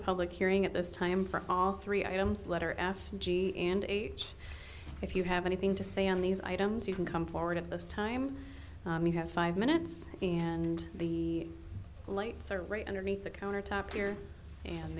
a public hearing at this time for all three items letter f g and h if you have anything to say on these items you can come forward at this time we have five minutes and the lights are right underneath the countertop here and